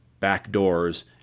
backdoors